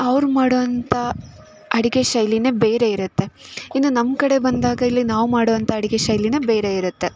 ಅವ್ರು ಮಾಡೋವಂಥ ಅಡುಗೆ ಶೈಲಿಯೇ ಬೇರೆ ಇರುತ್ತೆ ಇನ್ನೂ ನಮ್ಮ ಕಡೆ ಬಂದಾಗ ಇಲ್ಲಿ ನಾವು ಮಾಡೋವಂಥ ಅಡುಗೆ ಶೈಲಿಯೇ ಬೇರೆ ಇರುತ್ತೆ